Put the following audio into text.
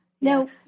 No